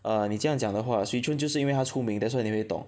err 你这样讲的话 Swee-Choon 就是因为它出名 that's why 你会懂